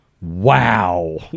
Wow